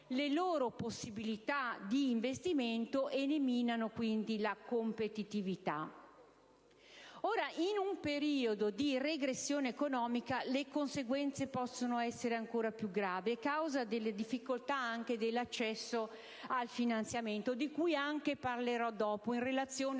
le loro possibilità di investimento e ne minano quindi la competitività. In un periodo di regressione economica le conseguenze possono essere ancora più gravi, a causa anche delle difficoltà di accesso al finanziamento, di cui parlerò dopo in relazione